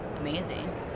amazing